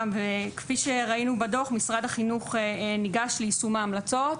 גם כפי שראינו בדוח משרד החינוך ניגש ליישום ההלצות,